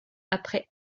après